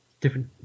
different